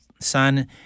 son